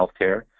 Healthcare